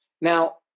Now